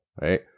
right